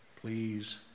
please